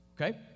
okay